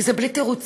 כי זה בלי תירוצים,